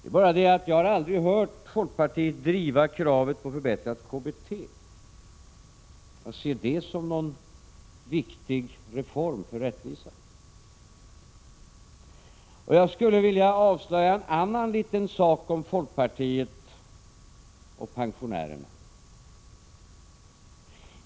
Jag har emellertid aldrig hört folkpartiet driva kravet på förbättrat KBT eller föra fram det som någon viktig reform för rättvisa. Jag skulle vilja avslöja en annan liten sak om folkpartiet och pensionärerna.